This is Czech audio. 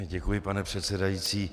Děkuji, pane předsedající.